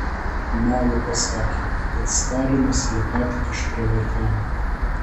nadia pasakė kad stalinas ją ką tik išprievartavo